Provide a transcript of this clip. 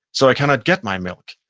so i cannot get my milk.